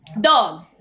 dog